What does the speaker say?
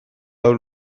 hau